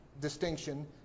Distinction